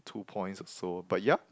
two points or so but yup